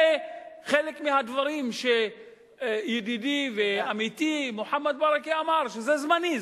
זה חלק מהדברים שידידי ועמיתי מוחמד ברכה אמר שזה זמני.